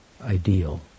ideal